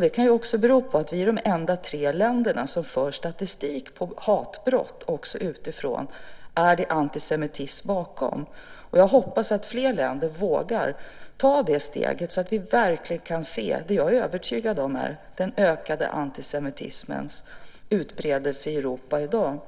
Det kan bero på att vi tre är de enda länderna som för statistik över hatbrott, också utifrån om det är antisemitism bakom. Jag hoppas att fler länder vågar ta det steget så att vi verkligen kan se det jag är övertygad om, antisemitismens ökade utbredning i Europa i dag.